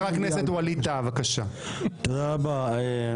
חבר הכנסת ווליד טאהא, תודה רבה.